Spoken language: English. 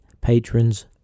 patrons